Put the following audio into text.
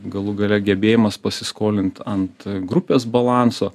galų gale gebėjimas pasiskolinti ant grupės balanso